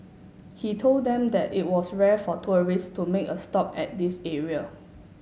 he told them that it was rare for tourists to make a stop at this area